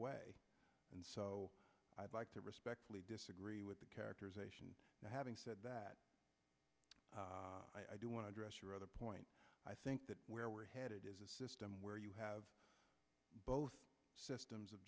way and so i'd like to respectfully disagree with the characterization having said that i do want to address your other point i think that where we're headed is a system where you have both systems of